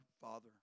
father